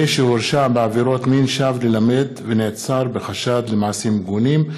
שהורשע בעבירות מין שב ללמד ונעצר בחשד למעשים מגונים.